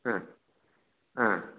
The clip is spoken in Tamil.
ஆ ஆ